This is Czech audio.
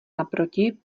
naproti